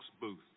Booth